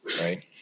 right